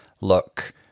look